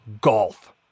golf